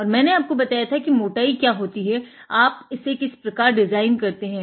और मैंने आपको बताया था कि मोटाई क्या होती है और आप इसे किस प्रकार डिज़ाइन करते हैं